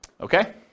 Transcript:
Okay